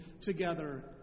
together